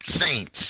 Saints